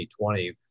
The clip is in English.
2020